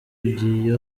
ugiye